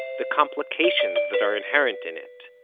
the complications that are inherent in it.